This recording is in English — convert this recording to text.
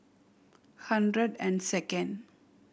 hundred and second